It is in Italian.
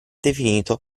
definito